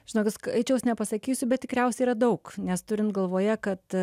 žinokit skaičiaus nepasakysiu bet tikriausiai yra daug nes turint galvoje kad